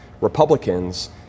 Republicans